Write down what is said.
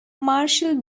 marshall